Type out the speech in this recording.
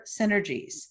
synergies